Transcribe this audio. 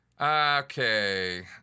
Okay